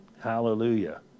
Hallelujah